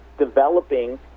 developing